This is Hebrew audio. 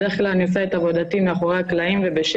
בדרך כלל אני עושה את עבודתי מאחורי הקלעים ובשקט.